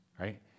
right